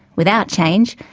without change,